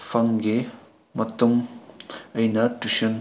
ꯐꯝꯒꯤ ꯃꯇꯨꯡ ꯑꯩꯅ ꯇꯨꯏꯁꯟ